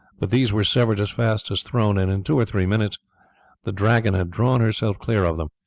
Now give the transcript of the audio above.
but these were severed as fast as thrown, and in two or three minutes the dragon had drawn herself clear of them.